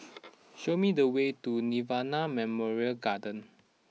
show me the way to Nirvana Memorial Garden